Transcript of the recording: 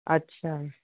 अच्छा